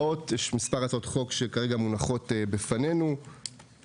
יש כמה הצעות חוק שכרגע מונחות בפנינו, והן